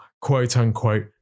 quote-unquote